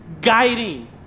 guiding